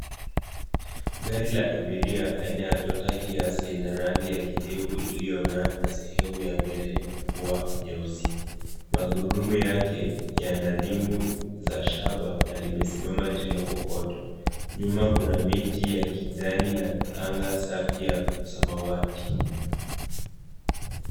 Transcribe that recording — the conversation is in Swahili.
Gari la abiria aina ya Toyota Hiace lina rangi ya kijivu iliyong'aa na sehemu ya mbele kuwa nyeusi. Magurudumu yake yana rimu za shaba na limesimama juu ya kokoto. Nyuma kuna miti ya kijani na anga safi ya samawati.